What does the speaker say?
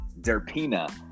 Derpina